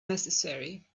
necessary